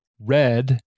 red